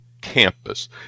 campus